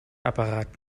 apparat